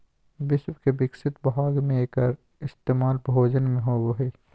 विश्व के विकसित भाग में एकर इस्तेमाल भोजन में होबो हइ